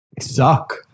suck